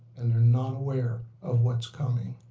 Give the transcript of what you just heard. and they're not aware of what's coming.